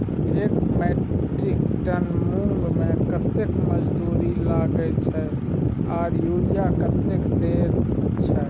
एक metric ton मूंग में कतेक मजदूरी लागे छै आर यूरिया कतेक देर छै?